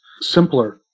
simpler